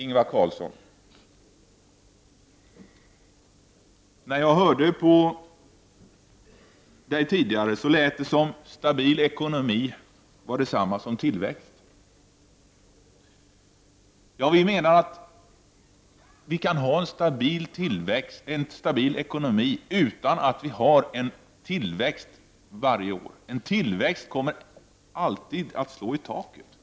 När jag hörde på Ingvar Carlsson tidigare lät det som om stabil ekonomi var detsamma som tillväxt. Vi menar att vi kan ha en stabil ekonomi utan att vi har tillväxt varje år. En tillväxt kommer alltid att slå i taket.